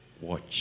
Watch